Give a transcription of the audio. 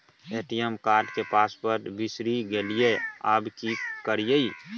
ATM card के पासवर्ड बिसरि गेलियै आबय की करियै?